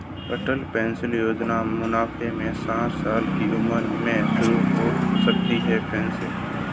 अटल pension Yojana के मुताबिक साठ साल की उम्र में शुरू हो सकती है पेंशन